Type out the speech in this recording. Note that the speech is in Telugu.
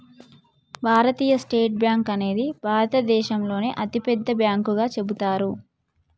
భారతీయ స్టేట్ బ్యేంకు అనేది భారతదేశంలోనే అతిపెద్ద బ్యాంకుగా చెబుతారు